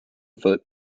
foot